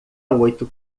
oito